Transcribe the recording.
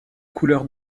couleur